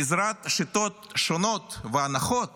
בעזרת שיטות שונות והנחות